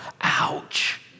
ouch